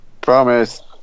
Promise